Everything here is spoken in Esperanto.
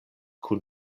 kun